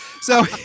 So-